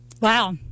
Wow